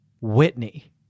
Whitney